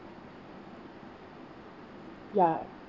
ya